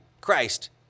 Christ